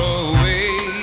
away